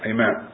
Amen